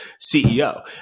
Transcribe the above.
CEO